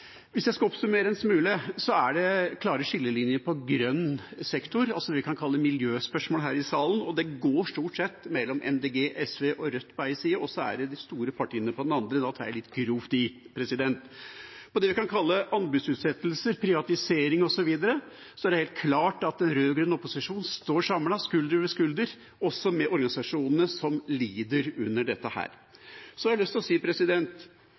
grønn sektor, vi kan kalle det miljøspørsmål, her i salen, og de går stort sett mellom Miljøpartiet De Grønne, SV og Rødt på den ene sida, og så er det de store partiene på den andre – da tar jeg litt grovt i. Når det gjelder det vi kan kalle anbudsutsettelse, privatisering osv., er det helt klart at den rød-grønne opposisjonen står samlet, skulder ved skulder – også med organisasjonene som lider under dette. Så har jeg lyst til å si